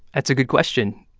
that's a good question